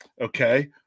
Okay